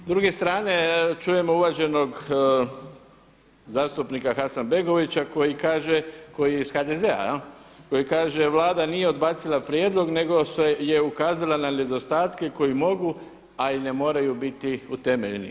S druge strane čujemo uvaženog zastupnika Hasanbegovića koji kaže koji je iz HDZ-, koji kaže Vlada nije odbacila prijedlog nego je ukazala na nedostatke koji mogu, a i ne moraju biti utemeljeni.